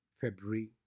February